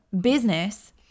business